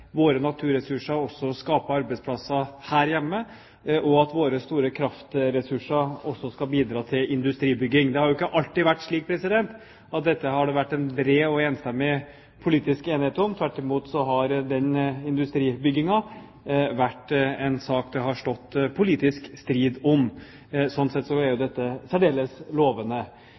våre naturressurser også skaper arbeidsplasser her hjemme, og at våre store kraftressurser også skal bidra til industribygging. Det har jo ikke alltid vært slik at det har vært en bred og enstemmig politisk enighet om dette. Tvert imot har industribyggingen vært en sak det har stått politisk strid om. Sånn sett er jo dette særdeles lovende.